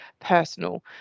personal